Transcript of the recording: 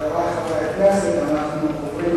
חברי חברי הכנסת, אנחנו עוברים